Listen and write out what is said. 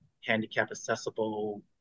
handicap-accessible